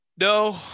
No